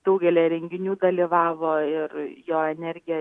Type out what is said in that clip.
daugelyje renginių dalyvavo ir jo energija